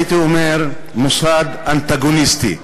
הייתי אומר מוסד אנטגוניסטי,